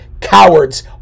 cowards